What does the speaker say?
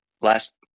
last